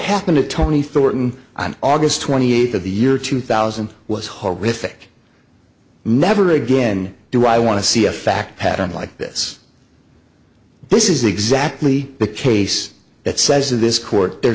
happened to tony thorton on august twenty eighth of the year two thousand was horrific never again do i want to see a fact pattern like this this is exactly the case that says in this court there